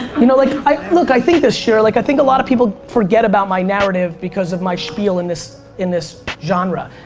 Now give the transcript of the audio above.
you know like, look i think this shira, like i think a lot of people forget about my narrative because of my spiel in this in this genre.